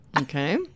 Okay